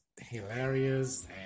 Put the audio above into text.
hilarious